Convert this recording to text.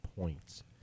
points